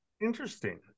Interesting